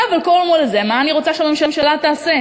על כל הנוהל הזה, מה אני רוצה שהממשלה תעשה?